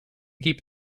keep